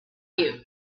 you